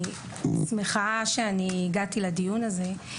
אני שמחה שהגעתי לדיון הזה.